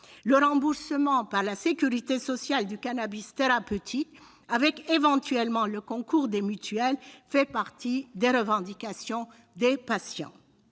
Le remboursement par la sécurité sociale du cannabis thérapeutique, éventuellement avec le concours des mutuelles, fait également partie des revendications des patients.